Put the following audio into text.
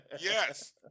Yes